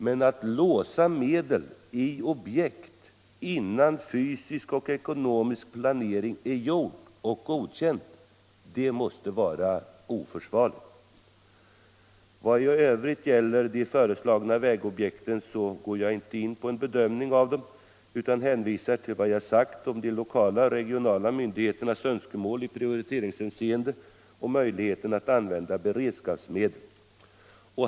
Men att låsa medel i objekt, innan fysisk och ekonomisk planering är gjord och godkänd, måste vara oförsvarligt. Vad i övrigt gäller de föreslagna vägobjekten går jag inte in på en bedömning av dem utan hänvisar till det jag sagt om de lokala och regionala myndigheternas önskemål i prioriteringshänseende och möjligheten att använda beredskapsmedel.